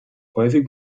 häufig